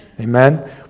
Amen